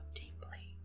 deeply